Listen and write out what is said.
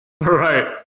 right